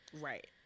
right